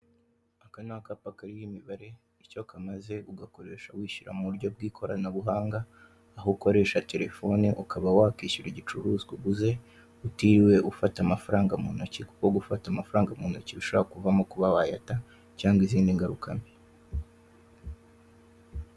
Aka ni akapa kariho imibare icyo kamaze ugakoresha wishyura mu buryo bw'ikoranabuhanga, aho ukoresha Telefone, ukaba wakwishyura igicuruzwa uguze, utiriwe ufata amafaranga mu ntoki kuko gufata amafaranga mu ntoki, bishora kuvamo kuba wayata cyangwa izindi ngaruka mbi.